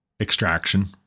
extraction